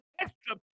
extra